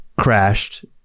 crashed